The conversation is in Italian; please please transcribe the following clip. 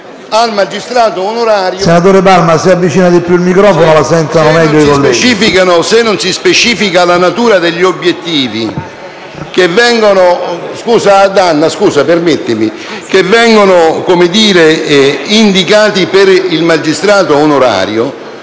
al magistrato onorario,